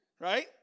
right